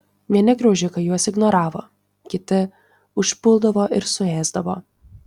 vieni graužikai juos ignoravo kiti užpuldavo ir suėsdavo